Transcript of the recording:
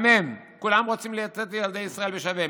גם הם כולם רוצים לתת לילדי ישראל בשווה,